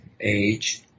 age